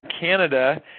Canada